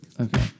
Okay